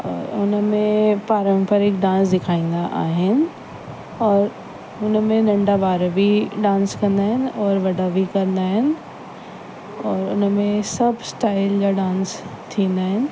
हुन में पारंपरिक डांस सेखारींदा आहिनि और हुन में नंढा ॿार बि डांस कंदा आहिनि और वॾा बि कंदा आहिनि और हुन में सभु स्टाइल जा डांस थींदा आहिनि